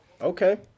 okay